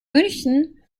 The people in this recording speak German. münchen